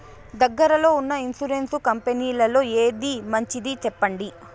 దగ్గర లో ఉన్న ఇన్సూరెన్సు కంపెనీలలో ఏది మంచిది? సెప్పండి?